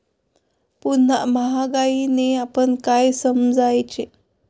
पुन्हा महागाईने आपण काय समजायचे?